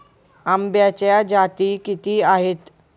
आंब्याच्या जाती किती आहेत?